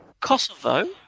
Kosovo